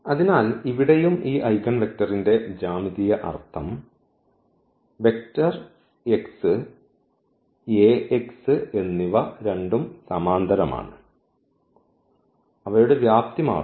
അതിനാൽ ഇവിടെയും ഈ ഐഗൺവെക്റ്ററിന്റെ ജ്യാമിതീയ അർത്ഥം ഈ വെക്റ്റർ ഈ x ഈ Ax എന്നിവ രണ്ടും സമാന്തരമാണ് അവയുടെ വ്യാപ്തി മാറും